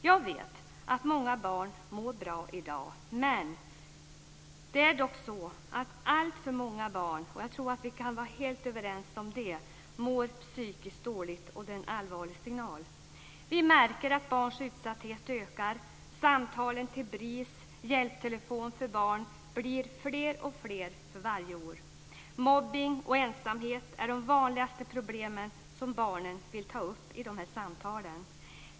Jag vet att många barn mår bra i dag. Men det är dock så att alltför många barn - och jag tror att vi kan vara helt överens om det - mår psykiskt dåligt. Det är en allvarlig signal. Vi märker att barns utsatthet ökar. Samtalen till BRIS, hjälptelefon för barn, blir fler för varje år. Mobbning och ensamhet är de vanligaste problemen som barnen vill ta upp i samtalen.